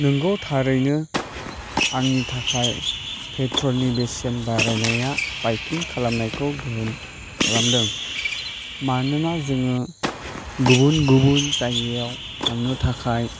नंगौ थारैनो आंनि थाखाय पेट्रलनि बेसेन बारायनाया बाइकिं खालामनायखौ गोहोम खालामदों मानोना जोङो गुबुन गुबुन जायगायाव थांनो थाखाय